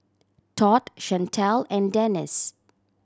Todd Chantel and Denice